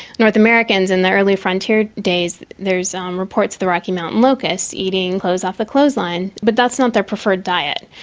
north americans in the early frontier days, there's um reports of the rocky mountain locusts eating clothes off the clothesline, but that's not their preferred diet.